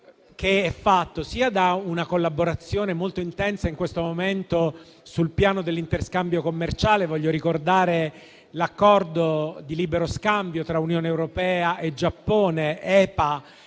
costituito da una collaborazione molto intensa in questo momento sul piano dell'interscambio commerciale. Voglio ricordare l'Accordo di partenariato economico tra Unione europea e Giappone (EPA),